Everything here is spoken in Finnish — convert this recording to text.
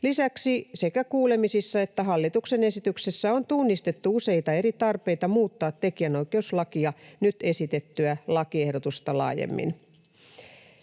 Lisäksi sekä kuulemisissa että hallituksen esityksessä on tunnistettu useita eri tarpeita muuttaa tekijänoikeuslakia nyt esitettyä lakiehdotusta laajemmin.